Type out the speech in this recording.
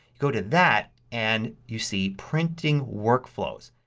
go to that and you see printing workflows.